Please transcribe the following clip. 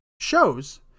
shows